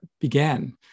began